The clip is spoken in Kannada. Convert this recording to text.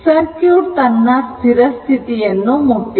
ಸರ್ಕ್ಯೂಟ್ ತನ್ನ ಸ್ಥಿರ ಸ್ಥಿತಿಯನ್ನು ಮುಟ್ಟಿದೆ